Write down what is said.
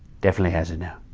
definitely has it now.